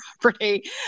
property